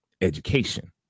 education